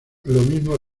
mismo